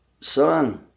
son